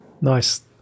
Nice